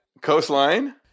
coastline